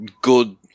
good